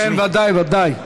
כן, בוודאי, בוודאי.